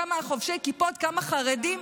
כמה חובשי כיפות וכמה חרדים?